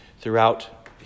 throughout